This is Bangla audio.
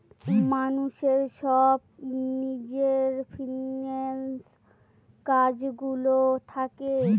মানুষের সব নিজের ফিন্যান্স কাজ গুলো থাকে